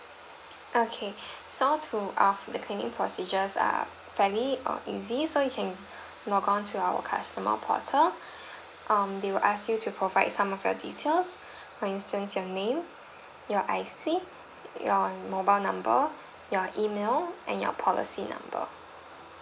okay so to uh the claiming procedures are fairly uh easy so you can log on to our customer portal um they will ask you to provide some of your details for instance your name your I_C your mobile number your email and your policy number